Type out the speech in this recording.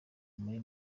muri